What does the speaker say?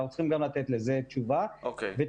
אנחנו צריכים גם לתת לזה תשובה ותינתן